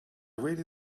really